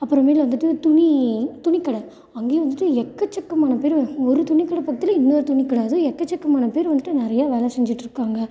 அப்புறமேல் வந்துவிட்டு துணி துணிக்கட அங்கேயும் வந்துவிட்டு எக்கச்சக்கமான பேர் ஒரு துணிக்கடை பக்கத்தில் இன்னொரு துணிக்கடை அதுவும் எக்கச்சக்கமான பேர் வந்துவிட்டு நிறையா வேலை செஞ்சிகிட்டு இருக்காங்க